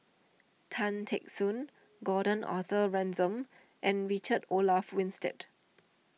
Tan Teck Soon Gordon Arthur Ransome and Richard Olaf Winstedt